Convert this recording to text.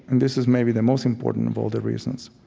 and this is maybe the most important of all the reasons,